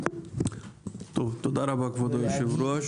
תודה רבה, כבוד היושב-ראש.